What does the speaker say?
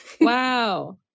Wow